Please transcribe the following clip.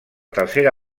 tercera